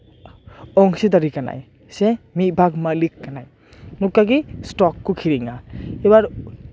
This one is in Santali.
ᱚᱝᱥᱤᱫᱟᱨᱤ ᱠᱟᱱᱟᱭ ᱥᱮ ᱢᱤᱫ ᱵᱷᱟᱜᱽ ᱢᱟᱞᱤᱠ ᱠᱟᱱᱟᱭ ᱱᱚᱝᱠᱟ ᱜᱮ ᱥᱴᱚᱠ ᱠᱚ ᱠᱤᱨᱤᱧᱟ ᱮᱵᱟᱨ